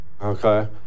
Okay